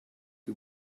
two